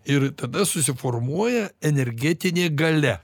ir tada susiformuoja energetinė galia